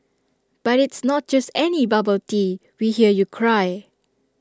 but it's not just any bubble tea we hear you cry